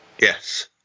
Yes